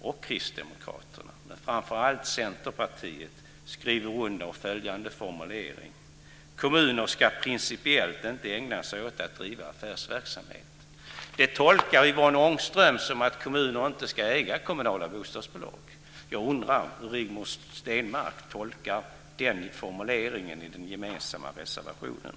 och Kristdemokraterna skriver under följande formulering: "Kommuner skall principiellt inte ägna sig åt att driva affärsverksamhet." Det tolkar Yvonne Ångström som att kommuner inte ska äga bostadsbolag. Jag undrar hur Rigmor Stenmark tolkar den formuleringen i den gemensamma reservationen.